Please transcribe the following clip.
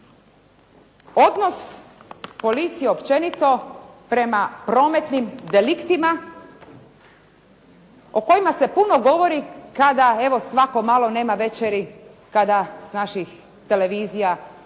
Odnos policije općenito prema prometnim deliktima o kojima se puno govori kada evo svako malo, nema večeri kada s naših televizija ne